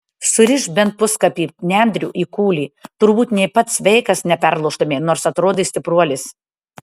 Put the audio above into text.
surišk bent puskapį nendrių į kūlį turbūt nė pats sveikas neperlaužtumei nors atrodai stipruolis